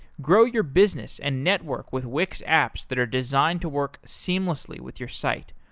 grow your business and network with wix apps that are designed to work seamlessly with your site,